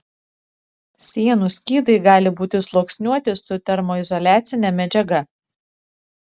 sienų skydai gali būti sluoksniuoti su termoizoliacine medžiaga